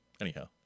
anyhow